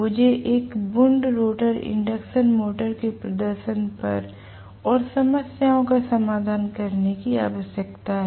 मुझे एक wound rotor induction motor के प्रदर्शन पर और समस्याओं का समाधान करने की आवश्यकता है